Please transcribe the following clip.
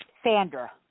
Sandra